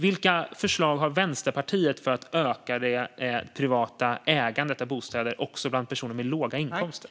Vilka förslag har Vänsterpartiet för att öka det privata ägandet av bostäder också bland personer med låga inkomster?